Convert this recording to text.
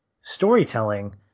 storytelling